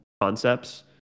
concepts